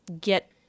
get